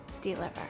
Deliver